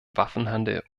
waffenhandel